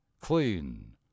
clean